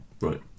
Right